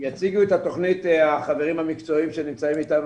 את התוכנית יציגו החברים המקצועיים שנמצאים אתנו,